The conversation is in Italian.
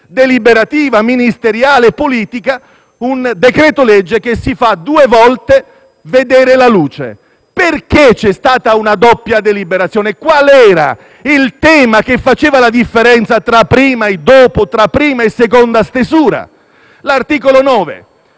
deliberativa, ministeriale, politica, un decreto-legge che vede due volte la luce. Perché vi è stata una doppia deliberazione? Qual era il tema che faceva la differenza tra prima e seconda stesura? L'articolo 9,